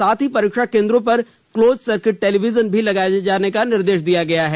साथ ही परीक्षा केंद्रों पर क्लोज सर्किट टेलीविजन भी लगाए जाने का निर्देश दिया गया है